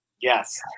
Yes